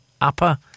upper